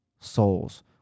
souls